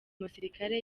musirikare